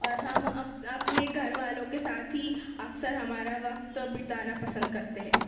اور ہم اپنے گھر والوں کے ساتھ ہی اکثر ہمارا وقت بتانا پسند کرتے ہیں